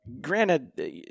granted